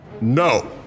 No